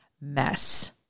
mess